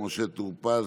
משה טור פז,